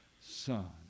son